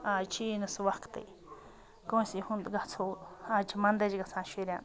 آز چھِ یی نہٕ سُہ وَقتٕے کٲنٛسہِ ہُنٛد گَژھو آز چھِ مَنٛدَچھ گَژھان شُرٮ۪ن